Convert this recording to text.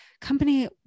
company